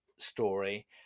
story